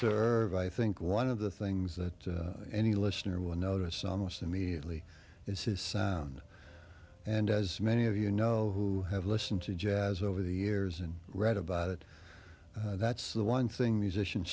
there's i think one of the things that any listener will notice almost immediately is his sound and as many of you know who have listen to jazz over the years and read about it that's the one thing musicians